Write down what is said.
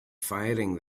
firing